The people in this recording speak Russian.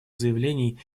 заявлений